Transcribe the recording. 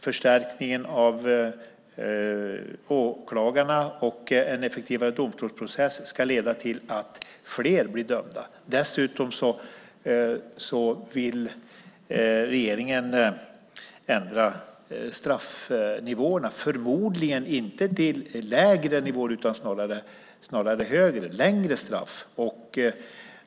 Förstärkningen av åklagarna och en effektivare domstolsprocess ska leda till att fler blir dömda. Dessutom vill regeringen ändra straffnivåerna, förmodligen inte till lägre nivåer utan snarare längre straff.